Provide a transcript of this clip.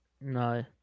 No